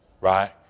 right